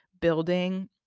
building